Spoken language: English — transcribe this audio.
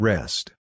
Rest